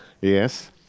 Yes